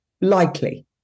Likely